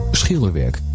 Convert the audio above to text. schilderwerk